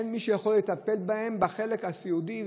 אין מי שיכול לטפל בהם בחלק הסיעודי,